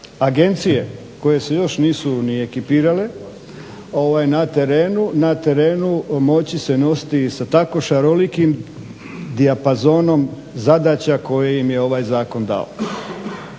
agencije koje se još nisu ni ekipirale na terenu moći se nositi sa tako šarolikim diapoazonom zadaća koje im je ovaj zakon dao.